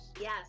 Yes